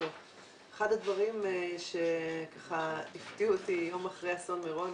אחד הדברים שהפתיעו אותי יום אחרי אסון מירון,